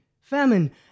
famine